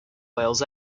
wales